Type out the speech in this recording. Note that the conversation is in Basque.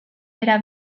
era